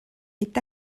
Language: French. est